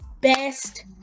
best